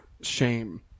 shame